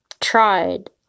tried